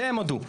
בזה הם הודו.